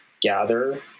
gather